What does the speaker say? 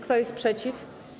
Kto jest przeciw?